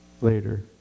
later